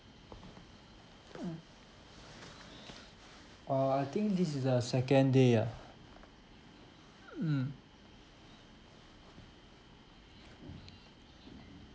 uh I think this is the second day ah mm